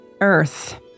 earth